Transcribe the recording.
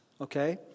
okay